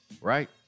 right